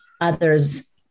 others